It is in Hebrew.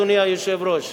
אדוני היושב-ראש.